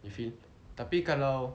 if we tapi kalau